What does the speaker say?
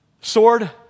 Sword